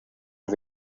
way